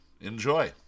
enjoy